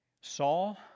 Saul